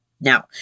Now